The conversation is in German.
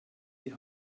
die